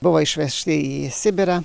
buvo išvežti į sibirą